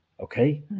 Okay